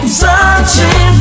searching